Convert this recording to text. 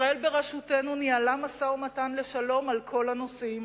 ישראל בראשותנו ניהלה משא-ומתן לשלום על כל הנושאים,